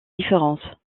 différence